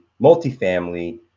multifamily